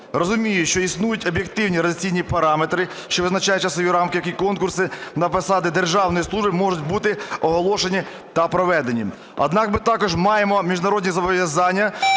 Розумію, що існують об'єктивні організаційні параметри, що визначають часові рамки, які конкурси на посади державної служби можуть бути оголошені та проведені. Однак, ми також маємо міжнародні зобов'язання